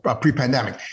pre-pandemic